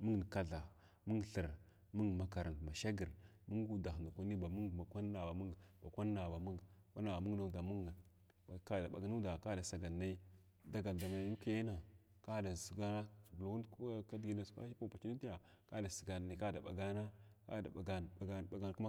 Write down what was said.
mung kathra mung thər, mung makarant ba shagr, mung na nudah ndakwani ba mung ma kwana ba mung ba kwanna ba mung kwana mung nudan ka adaɓagnhda radasagalr nay dagal dama UK na ka da sagal vulwa nud kidigi vulg apachunitiya kada sganay kada ɓagana ɓagan ɓagan ki makarant.